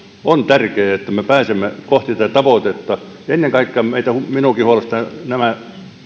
on tärkeä että me pääsemme kohti tätä tavoitetta ennen kaikkea minuakin huolestuttavat nämä